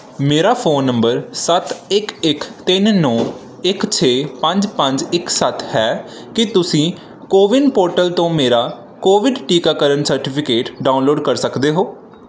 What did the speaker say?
ਮੇਰਾ phone number ਸੱਤ ਇੱਕ ਇੱਕ ਤਿੰਨ ਨੋਂ ਇੱਕ ਛੇ ਪੰਜ ਪੰਜ ਇੱਕ ਸੱਤ ਹੈ ਕੀ ਤੁਸੀਂ ਕੋਵਿਨ ਪੋਰਟਲ ਤੋਂ ਮੇਰਾ ਕੋਵਿਡ ਟੀਕਾਕਰਨ ਸਰਟੀਫਿਕੇਟ ਡਾਊਨਲੋਡ ਕਰ ਸਕਦੇ ਹੋ